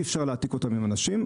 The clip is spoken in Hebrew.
אי אפשר להעתיק אותם עם אנשים,